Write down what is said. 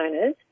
owners